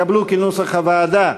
התקבלו כנוסח הוועדה.